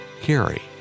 carry